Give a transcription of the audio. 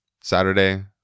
Saturday